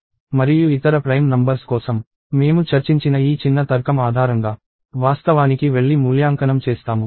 మరియు ఇతర prime numbers కోసం మేము చర్చించిన ఈ చిన్న తర్కం ఆధారంగా వాస్తవానికి వెళ్లి మూల్యాంకనం చేస్తాము